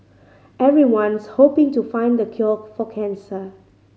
everyone's hoping to find the cure for cancer